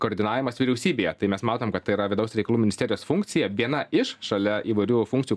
koordinavimas vyriausybėje tai mes matom kad tai yra vidaus reikalų ministerijos funkcija viena iš šalia įvairių funkcijų